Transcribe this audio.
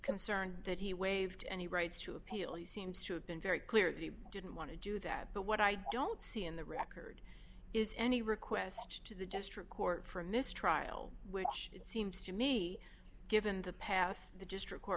concerned that he waived any rights to appeal he seems to have been very clear that he didn't want to do that but what i don't see in the record is any request to the district court for a mistrial which it seems to me given the path the district